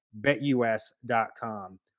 BetUS.com